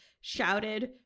shouted